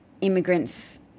immigrants